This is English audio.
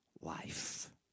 life